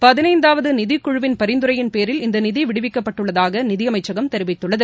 பதினைந்தாவது நிதிக்குழுவின் பரிந்துரையின் பேரில் இந்த நிதி விடுவிக்கப்பட்டுள்ளதாக நிதியமைச்சகம் தெரிவித்துள்ளது